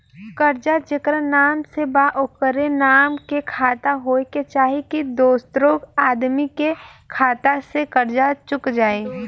कर्जा जेकरा नाम से बा ओकरे नाम के खाता होए के चाही की दोस्रो आदमी के खाता से कर्जा चुक जाइ?